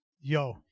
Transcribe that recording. yo